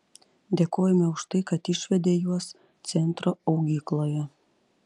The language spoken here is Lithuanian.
dėkojame už tai kad išvedė juos centro augykloje